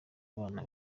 abana